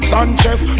Sanchez